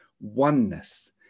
Oneness